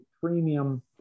premium